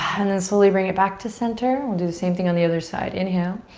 and and slowly bring it back to center. we'll do the same thing on the other side. inhale.